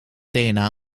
dna